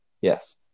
yes